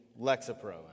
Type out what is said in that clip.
Lexapro